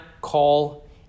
call